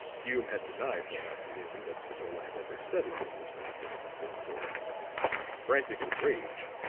hume had denied that afternoon that spatola had ever studied in this particular conservatory frantic with rage,